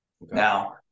Now